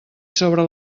sobre